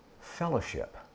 fellowship